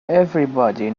everybody